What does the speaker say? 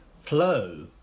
flow